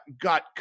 got